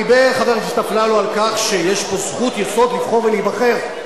דיבר חבר הכנסת אפללו על כך ש"יש לו זכות יסוד לבחור ולהיבחר".